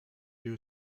too